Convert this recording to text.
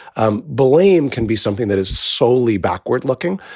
um blame can be something that is solely backward looking.